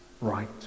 right